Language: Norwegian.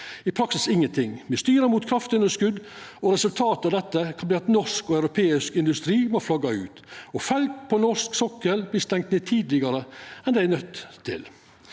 i praksis ingenting. Me styrer mot kraftunderskot, og resultatet av det kan verta at norsk og europeisk industri må flagga ut, og at felt på norsk sokkel vert stengde ned tidlegare enn dei er nøydde til.